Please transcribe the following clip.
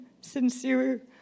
sincere